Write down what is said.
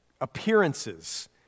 appearances